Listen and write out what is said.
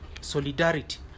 solidarity